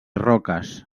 roques